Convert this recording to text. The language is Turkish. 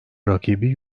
rakibi